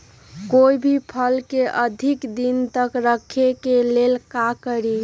कोई भी फल के अधिक दिन तक रखे के लेल का करी?